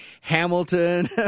Hamilton